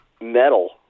metal